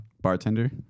Bartender